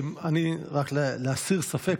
רק כדי להסיר ספק,